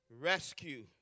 Rescue